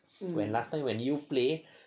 when last time when you play